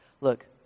Look